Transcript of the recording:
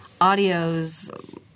audios –